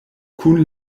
kun